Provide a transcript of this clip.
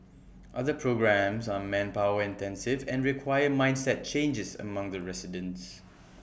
other programmes are manpower intensive and require mindset changes among the residents